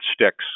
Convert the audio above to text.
sticks